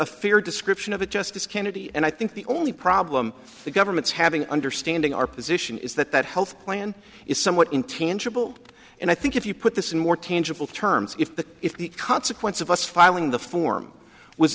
a fair description of a justice kennedy and i think the only problem the government's having understanding our position is that that health plan is somewhat intangible and i think if you put this in more tangible terms if the if the consequence of us filing the form w